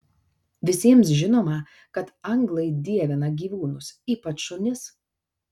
visiems žinoma kad anglai dievina gyvūnus ypač šunis